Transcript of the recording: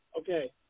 Okay